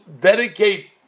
dedicate